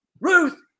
Ruth